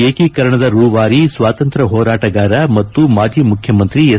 ಏಕೀಕರಣದ ರೂವಾರಿ ಸ್ವಾತಂತ್ರ್ ಹೋರಾಟಗಾರ ಮತ್ತು ಮಾಜಿ ಮುಖ್ಯಮಂತ್ರಿ ಎಸ್